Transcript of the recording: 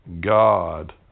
God